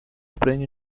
spring